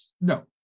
No